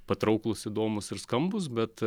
patrauklūs įdomūs ir skambūs bet